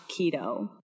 keto